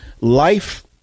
life